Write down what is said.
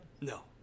No